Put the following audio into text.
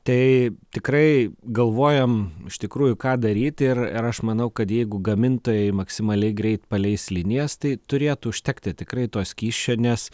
tai tikrai galvojam iš tikrųjų ką daryti ir ir aš manau kad jeigu gamintojai maksimaliai greit paleis linijas tai turėtų užtekti tikrai to skysčio nes